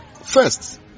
first